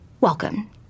Welcome